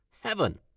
Heaven